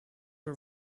her